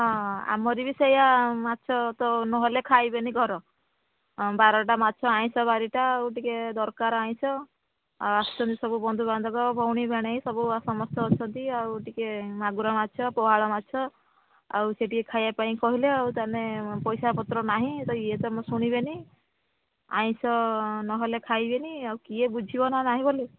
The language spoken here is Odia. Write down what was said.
ହଁ ଆମର ବି ସେୟା ମାଛ ତ ନହେଲେ ଖାଇବେନି ଘର ବାରଟା ମାଛ ଆଇଁଷ ବାରିଟା ଆଉ ଟିକିଏ ଦରକାର ଆଇଁଷ ଆଉ ଆସଛନ୍ତି ସବୁ ବନ୍ଧୁବାନ୍ଧବ ଭଉଣୀ ଭିଣେଇ ସବୁ ସମସ୍ତେ ଅଛନ୍ତି ଆଉ ଟିକିଏ ମାଗୁର ମାଛ ପୋହଳା ମାଛ ଆଉ ସିଏ ଟିକିଏ ଖାଇବା ପାଇଁ କହିଲେ ଆଉ ତା'ହେଲେ ପଇସାପତ୍ର ନାହିଁ ତ ଇଏତ ମୋ ଶୁଣିବେନି ଆଇଁଷ ନହେଲେ ଖାଇବେନି ଆଉ କିଏ ବୁଝିବ ନା ନାହିଁ ବୋଲି